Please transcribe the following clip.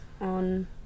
on